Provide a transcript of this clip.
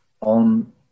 on